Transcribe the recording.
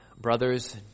brothers